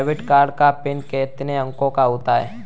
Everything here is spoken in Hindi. डेबिट कार्ड का पिन कितने अंकों का होता है?